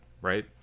Right